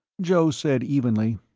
joe said evenly,